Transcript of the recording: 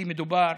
כי מדובר